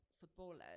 footballers